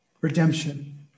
Redemption